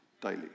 daily